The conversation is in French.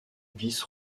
vice